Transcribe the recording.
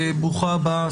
ברוכה הבאה,